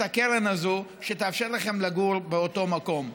הקרן הזאת שתאפשר לכם לגור באותו מקום.